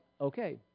okay